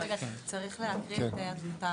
רגע, צריך להקריא את ההפרות.